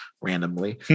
randomly